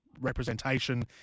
representation